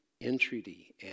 entreaty